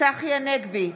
צחי הנגבי,